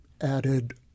added